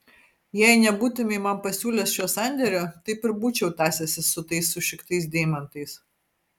jei nebūtumei man pasiūlęs šio sandėrio taip ir būčiau tąsęsis su tais sušiktais deimantais